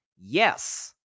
Yes